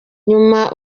nyuma